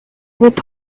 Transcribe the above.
with